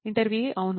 ఇంటర్వ్యూఈ అవును